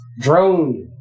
Drone